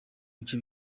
bice